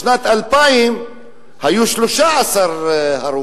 בשנת 2000 היו 13 הרוגים,